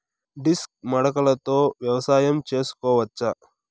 Disc మడకలతో వ్యవసాయం చేసుకోవచ్చా??